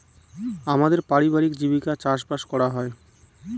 আমাদের পারিবারিক জীবিকা চাষবাস করা হয়